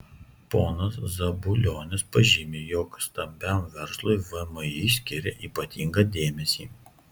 ponas zabulionis pažymi jog stambiam verslui vmi skiria ypatingą dėmesį